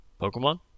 Pokemon